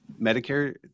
Medicare